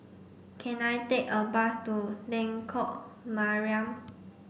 can I take a bus to Lengkok Mariam